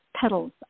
petals